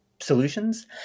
solutions